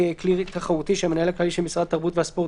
כלי תחרותי שהמנהל הכללי של משרד התרבות והספורט,